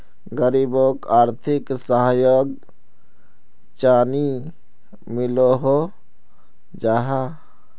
गरीबोक आर्थिक सहयोग चानी मिलोहो जाहा?